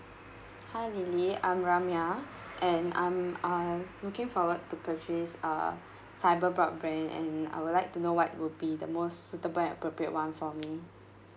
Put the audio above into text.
hi lily I'm ramia and I'm uh looking forward to purchase a fiber broadband and I would like to know what would be the most suitable and appropriate one for me